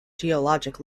geologic